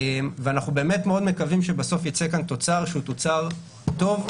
ואנחנו מאוד מקווים שבסוף יצא כאן תוצר שהוא תוצר טוב,